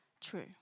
true